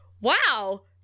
wow